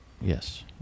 Yes